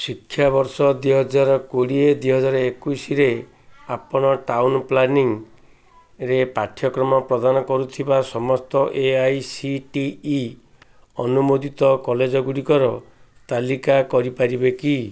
ଶିକ୍ଷାବର୍ଷ ଦୁଇହଜାରେ କୋଡ଼ିଏରୁ ଦୁଇହଜାରେ ଏକୋଇଶୀରେ ଆପଣ ଟାଉନ୍ ପ୍ଲାନିଂରେ ପାଠ୍ୟକ୍ରମ ପ୍ରଦାନ କରୁଥିବା ସମସ୍ତ A I C T E ଅନୁମୋଦିତ କଲେଜଗୁଡ଼ିକର ତାଲିକା କରିପାରିବେ କି